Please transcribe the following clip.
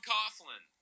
Coughlin